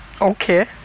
okay